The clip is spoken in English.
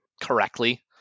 correctly